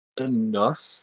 enough